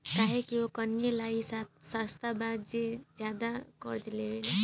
काहे कि ओकनीये ला ई सस्ता बा जे ज्यादे कर्जा लेवेला